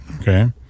Okay